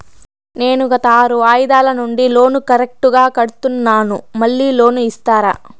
నేను గత ఆరు వాయిదాల నుండి లోను కరెక్టుగా కడ్తున్నాను, మళ్ళీ లోను ఇస్తారా?